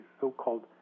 so-called